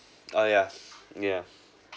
oh ya yeah